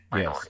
yes